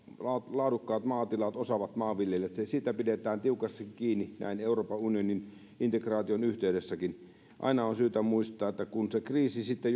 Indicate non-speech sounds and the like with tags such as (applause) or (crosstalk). laadukkaat maatilat osaavat maanviljelijät pidetään tiukasti kiinni näin euroopan unionin integraation yhteydessäkin aina on syytä muistaa että kun se kriisi sitten (unintelligible)